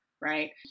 right